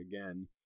again